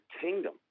kingdom